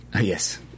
Yes